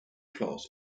class